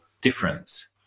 difference